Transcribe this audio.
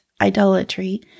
idolatry